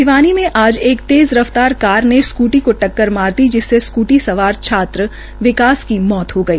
भिवानी में आज एक तेज रफ्तार कार ने स्कूटी को टक्कर मार दी जिससे स्कूटी सवार छात्र विकास की मौत हो गई